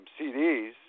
CDs